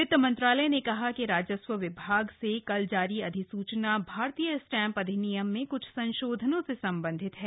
वित्त मंत्रालय ने कहा कि राजस्व विभाग से कल जारी अधिस्चना भारतीय स्टैम्प अधिनियम में क्छ संशोधनों से संबंधित है